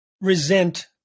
resent